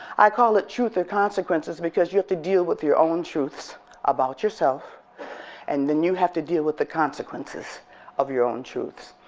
i call it truth or consequences because you have to deal with your own truths about yourself and then you have to deal with the consequences of your own truths.